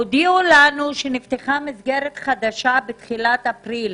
הודיעו לנו שנפתחה מסגרת חדשה בתחילת אפריל.